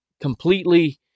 completely